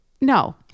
No